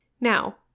Now